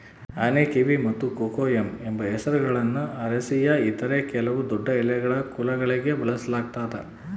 ಆನೆಕಿವಿ ಮತ್ತು ಕೊಕೊಯಮ್ ಎಂಬ ಹೆಸರುಗಳನ್ನು ಅರೇಸಿಯ ಇತರ ಕೆಲವು ದೊಡ್ಡಎಲೆಗಳ ಕುಲಗಳಿಗೆ ಬಳಸಲಾಗ್ತದ